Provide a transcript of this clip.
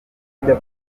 kunywa